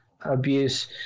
abuse